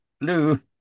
blue